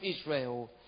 Israel